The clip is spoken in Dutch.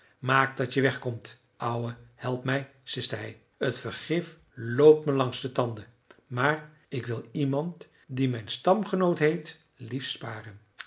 maak dat je weg komt ouwe helpmij siste hij t vergif loopt me langs de tanden maar ik wil iemand die mijn stamgenoot heet liefst sparen